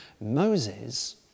Moses